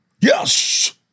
Yes